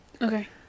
Okay